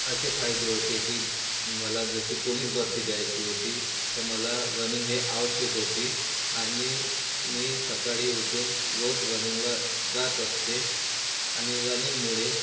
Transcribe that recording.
अशे फायदे होते की मला जशी पोलीस भरती द्यायची होती त मला रनिंग हे आवश्यक होती आणि मी सकाळी उठून रोज रनिंगला जात असते आणि रनिंगमुळे